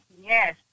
Yes